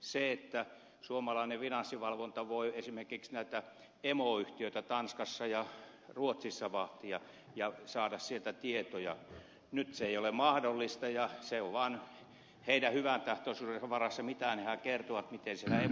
se että suomalainen finanssivalvonta voisi esimerkiksi näitä emoyhtiöitä tanskassa ja ruotsissa vahtia ja saada sieltä tietoja ei nyt ole mahdollista ja se on vaan niiden hyväntahtoisuuden varassa mitä ne kertovat siitä miten siellä emot pärjäävät